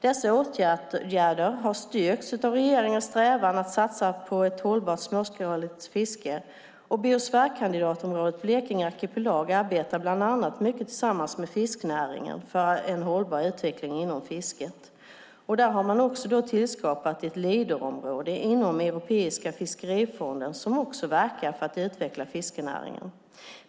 Dessa åtgärder har styrkts av regeringens strävan att satsa på ett hållbart småskaligt fiske. Biosfärkandidaten Blekinge Arkipelag arbetar mycket bland annat tillsammans med fiskenäringen för en hållbar utveckling inom fisket. Man har tillskapat ett leaderområde inom Europeiska fiskerifonden som också verkar för att utveckla fiskenäringen.